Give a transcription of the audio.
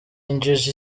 injiji